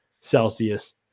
Celsius